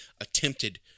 attempted